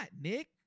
Nick